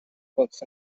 books